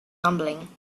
rumbling